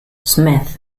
smith